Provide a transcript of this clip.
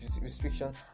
restrictions